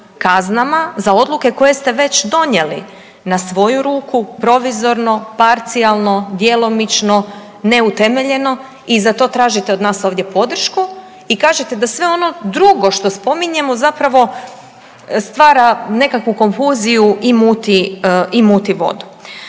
kaznama, za odluke koje ste već donijeli na svoju ruku, provizorno, parcijalno, djelomično, neutemeljeno i za to tražite od nas ovdje podršku i kažete da sve ono drugo što spominjemo zapravo stvara nekakvu konfuziju i muti vodu.